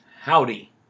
Howdy